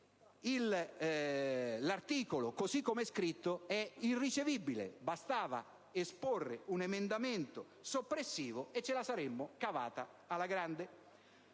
l'articolo, così come è scritto, è irricevibile; bastava presentare un emendamento soppressivo, e ce la saremmo cavata alla grande.